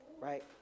right